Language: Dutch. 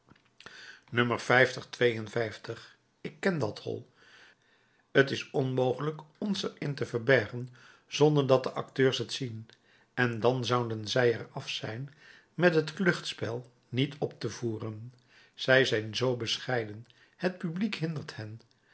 ik ken dat hol t is onmogelijk ons er in te verbergen zonder dat de acteurs het zien en dan zouden zij er af zijn met het kluchtspel niet op te voeren zij zijn zoo bescheiden het publiek hindert hen